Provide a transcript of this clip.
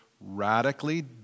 radically